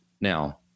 now